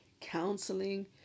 counseling